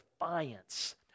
defiance